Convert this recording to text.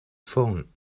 phone